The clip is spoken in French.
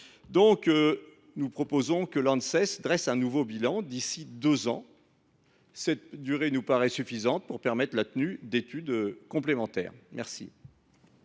Nous proposons donc que l’Anses dresse un nouveau bilan d’ici à deux ans. Cette durée nous paraît suffisante pour permettre la tenue d’études complémentaires. Quel